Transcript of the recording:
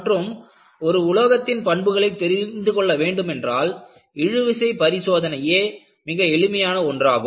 மற்றும் ஒரு உலோகத்தின் பண்புகளை தெரிந்துகொள்ள வேண்டுமென்றால் இழுவிசை பரிசோதனையே மிக எளிமையான ஒன்றாகும்